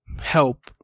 help